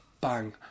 bang